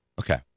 okay